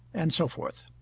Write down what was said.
and so forth.